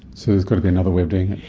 so there's got to be another way of doing